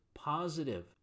Positive